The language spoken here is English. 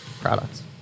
products